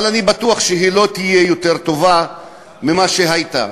אבל אני בטוח שהיא לא תהיה יותר טובה מזו שהייתה